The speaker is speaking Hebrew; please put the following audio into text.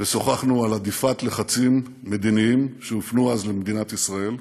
ושוחחנו על הדיפת לחצים מדיניים שהופנו אז למדינת ישראל.